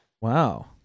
Wow